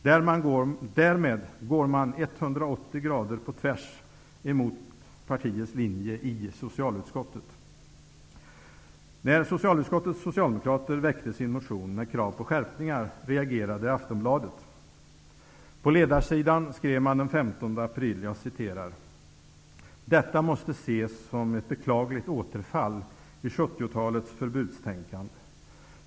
Därmed går man så att säga 180 grader på tvärs mot partiets linje i socialutskottet. När socialutskottets socialdemokrater väckte sin motion med krav på skärpningar reagerade ''Detta måste ses som ett beklagligt återfall i sjuttiotalistiskt förbudstänkande.